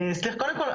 קודם כל,